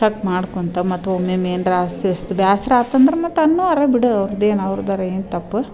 check ಮಾಡ್ಕೋತ ಮತ್ತು ಒಮ್ಮೊಮ್ಮೆ ಏನ್ರು ಅಸ್ತವ್ಯಸ್ತ ಬೇಸ್ರ ಆತಂದ್ರೆ ಮತ್ತೆ ಅನ್ನುವರ ಬಿಡು ಅವ್ರ್ದು ಏನು ಅವ್ರ್ದಾರು ಏನು ತಪ್ಪು